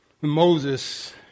Moses